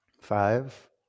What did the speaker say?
Five